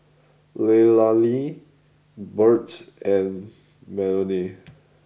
Leilani Burt and Melonie